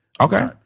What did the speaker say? Okay